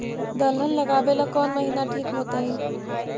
दलहन लगाबेला कौन महिना ठिक होतइ?